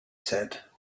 said